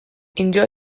اینجا